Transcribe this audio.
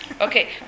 Okay